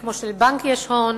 כמו שלבנק יש הון